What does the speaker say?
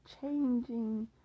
changing